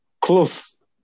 close